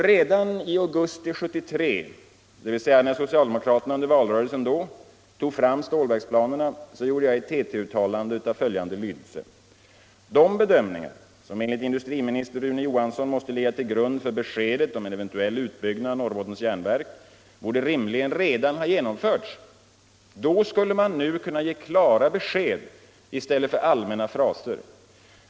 Redan i augusti 1973, dvs. när socialdemokraterna under valrörelsen då tog fram stålverksplanerna, gjorde jag ett TT-uttalande av följande lydelse: De bedömningar som enligt industriminister Rune Johansson måste ligga till grund för beskedet om en eventuell utbyggnad av Norrbottens Järnverk borde rimligen redan ha genomförts. Då skulle man nu kunnat ge klara besked i stället för allmänna fraser.